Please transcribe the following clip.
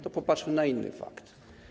To popatrzmy na inny fakt.